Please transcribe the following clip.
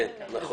כן, נכון.